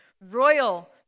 Royal